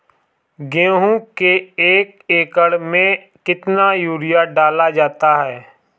गेहूँ के एक एकड़ में कितना यूरिया डाला जाता है?